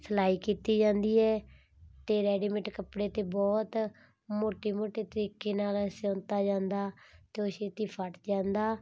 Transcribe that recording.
ਸਿਲਾਈ ਕੀਤੀ ਜਾਂਦੀ ਹੈ ਅਤੇ ਰੈਡੀਮੇਟ ਕੱਪੜੇ 'ਤੇ ਬਹੁਤ ਮੋਟੇ ਮੋਟੇ ਤਰੀਕੇ ਨਾਲ ਸਿਉਤਾ ਜਾਂਦਾ ਅਤੇ ਉਹ ਛੇਤੀ ਫਟ ਜਾਂਦਾ